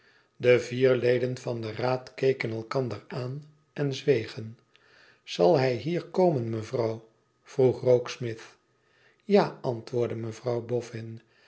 de vier leden van den raad keken elkander aan en zwegen zal hij hier komen mevrouw vroeg rokesmith ja antwoordde mevrouw bofn